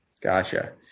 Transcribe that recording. Gotcha